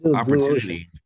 opportunity